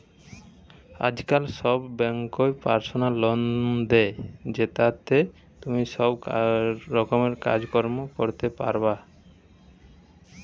আজকাল সব বেঙ্কই পার্সোনাল লোন দে, জেতাতে তুমি সব রকমের কাজ কর্ম করতে পারবা